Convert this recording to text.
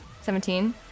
Seventeen